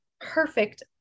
perfect